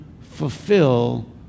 fulfill